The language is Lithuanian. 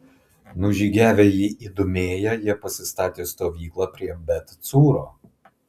nužygiavę į idumėją jie pasistatė stovyklą prie bet cūro